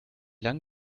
lang